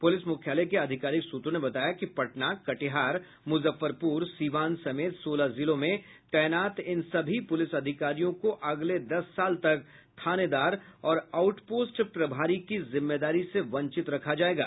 police मुख्यालय के आधिकारिक सूत्रों ने बताया कि पटना कटिहार मुजफ्फरपुर सीवान समेत सोलह जिलों में तैनात इन सभी पुलिस अधिकारियों को अगले दस साल तक थानेदार और ऑउट पोस्ट प्रभारी की जिम्मेदारी से वंचित रखा जायेगा